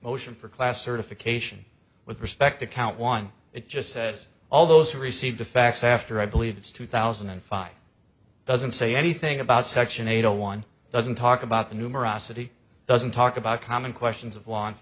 motion for class certification with respect to count one it just says all those who received a fax after i believe it's two thousand and five doesn't say anything about section eight a one doesn't talk about the numerosity doesn't talk about common questions of